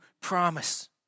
promise